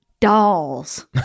Dolls